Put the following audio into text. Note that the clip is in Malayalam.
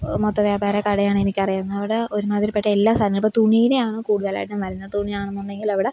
മൊത്ത വ്യാപാര കടയാണെനിക്കറിയുന്നത് അവിടെ ഒരുമാതിരിയിൽപ്പെട്ട എല്ലാ സാധനവുമിപ്പോൾ തുണിയുടെയാണ് കൂടുതലായിട്ടും വരുന്നത് തുണിയാണെന്നുണ്ടെങ്കിൽ അവിടെ